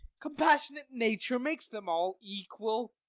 compassionate nature makes them all equal.